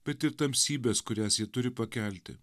bet ir tamsybes kurias jie turi pakelti